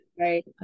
right